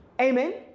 amen